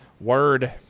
Word